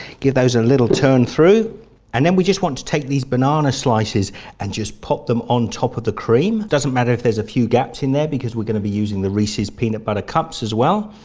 give those a little turn through and then we just want to take these banana slices and just pop them on top of the cream, doesn't matter if there's a few gaps in there because we're going to be using the reese's peanut butter cups as well.